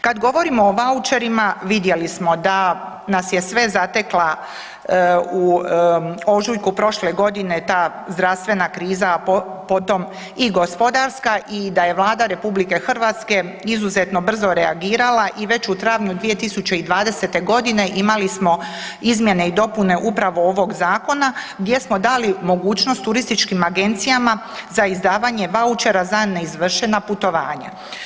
Kad govorimo o vaučerima vidjeli smo da nas je sve zatekla u ožujku prošle godine ta zdravstvena kriza, potom i gospodarska i da je Vlada RH izuzetno brzo reagirala i već u travnju 2020.g. imali smo izmjene i dopune upravo ovog zakona gdje smo dali mogućnost turističkim agencijama za izdavanje vaučera za neizvršena putovanja.